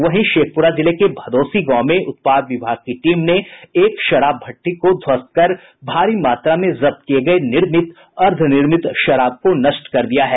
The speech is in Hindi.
वहीं शेखपुरा जिले के भदोसी गांव में उत्पाद विभाग की टीम ने एक शराब भट्ठी को ध्वस्त कर भारी मात्रा में जब्त किये गये निर्मित अर्द्वनिर्मित शराब को नष्ट कर दिया है